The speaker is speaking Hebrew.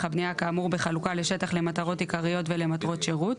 הבנייה כאמור בחלוקה לשטח למטרות עיקריות ולמטרות שירות,